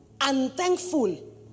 unthankful